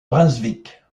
brunswick